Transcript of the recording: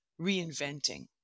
reinventing